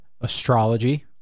astrology